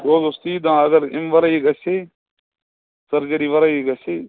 بہٕ حظ اوسُس تی دپان اگر اَمہِ وَرٲیی یہِ گژھِ ہے سٔرجٔری وَرٲیی یہِ گژھِ ہے